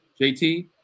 JT